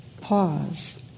pause